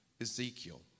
Ezekiel